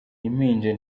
impinja